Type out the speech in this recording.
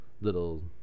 little